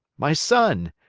my son,